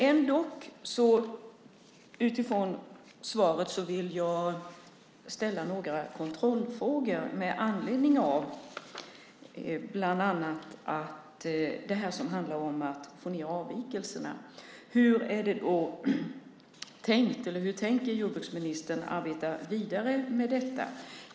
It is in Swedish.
Ändock vill jag utifrån svaret ställa några kontrollfrågor bland annat med anledning av det som handlar om att få ned avvikelserna. Hur tänker jordbruksministern arbeta vidare med detta?